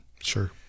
Sure